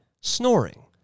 snoring